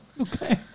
okay